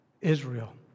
Israel